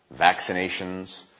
vaccinations